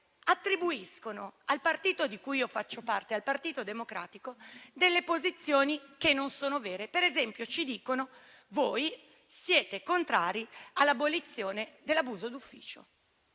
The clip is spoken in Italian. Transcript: Attribuiscono al partito di cui faccio parte, il Partito Democratico, posizioni che non sono vere. Per esempio, ci dicono che siamo contrari all'abolizione dell'abuso d'ufficio.